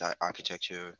architecture